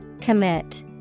Commit